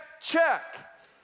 check